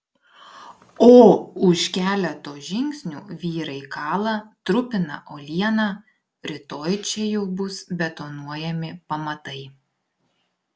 o už keleto žingsnių vyrai kala trupina uolieną rytoj čia jau bus betonuojami pamatai